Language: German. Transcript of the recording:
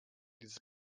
dieses